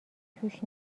توش